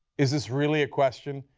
is this really a question?